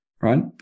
Right